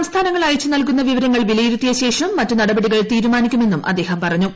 സംസ്ഥാനങ്ങൾ അയച്ചു നൽകുന്ന വിവരങ്ങൾ വിലയിരുത്തിയ ശേഷം മറ്റ് നടപടികൾ തീരുമാനിക്കുമെന്നും അദ്ദേഹം പറഞ്ഞു